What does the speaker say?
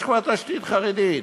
יש כבר תשתית חרדית.